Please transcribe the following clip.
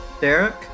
Derek